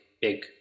big